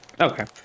okay